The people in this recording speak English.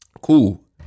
Cool